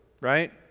right